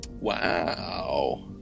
Wow